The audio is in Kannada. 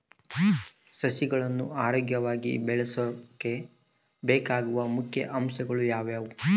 ಸಸಿಗಳನ್ನು ಆರೋಗ್ಯವಾಗಿ ಬೆಳಸೊಕೆ ಬೇಕಾಗುವ ಮುಖ್ಯ ಅಂಶಗಳು ಯಾವವು?